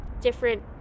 different